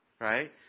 right